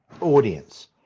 audience